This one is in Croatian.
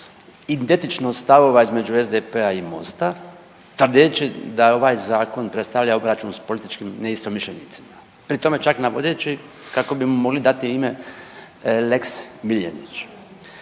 identičnost stavova između SDP-a i Mosta tvrdeći da je ovaj zakon predstavlja obračun s političkim neistomišljenicima, pri tom čak navodeći kako bimo mogli dati ime lex Miljenić.